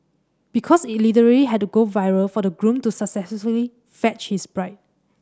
because it literally had to go viral for the groom to successfully fetch his bride